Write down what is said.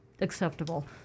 acceptable